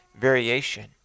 variation